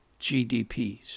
GDPs